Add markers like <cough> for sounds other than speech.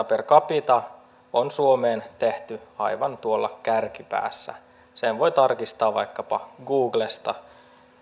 <unintelligible> per capita on suomeen tehty aivan tuolla kärkipäässä sen voi tarkistaa vaikkapa googlesta